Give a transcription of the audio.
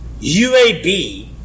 UAB